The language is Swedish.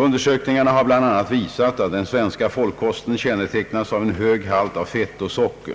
Undersökningarna har bl.a. visat, att den svenska folkkosten kännetecknas av en hög halt av fett och socker.